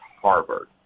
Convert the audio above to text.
Harvard